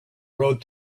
rode